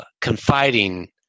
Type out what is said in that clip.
confiding